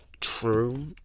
true